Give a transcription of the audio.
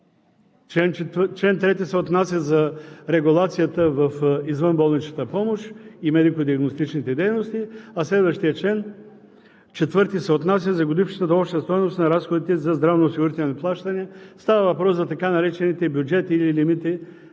Член 3 се отнася за регулацията в извънболничната помощ и медико-диагностичните дейности, а следващият чл. 4 се отнася за годишната обща стойност на разходите за здравноосигурителни плащания. Става въпрос за така наречените бюджети или лимити